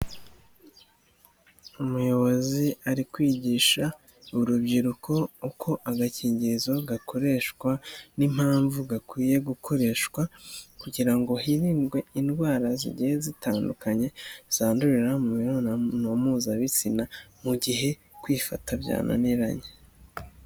Umuyobozi ari kwigisha urubyiruko uko agakingirizo gakoreshwa n'impamvu gakwiye gukoreshwa kugira ngo hirindwe indwara zigiye zitandukanye zandurira mu mibonano mpuzabitsina, mu gihe kwifata byananiranye.